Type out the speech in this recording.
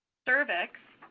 cervix,